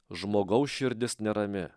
žmogaus širdis nerami